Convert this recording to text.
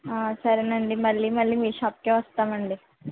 సరేనండి మళ్ళీ మళ్ళీ మీ షాప్కే వస్తామండి